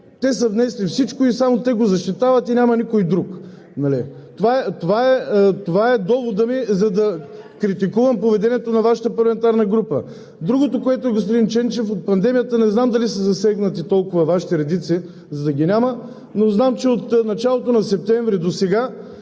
те са внесли всичко и само те го защитават и няма никой друг. Това е доводът ми, за да критикувам поведението на Вашата парламентарна група. Другото, което е, господин Ченчев, не знам дали от пандемията Вашите редици са толкова засегнати, за да ги няма, но знам, че от началото на септември досега